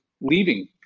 leaving